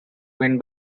win